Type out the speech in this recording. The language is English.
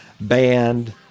band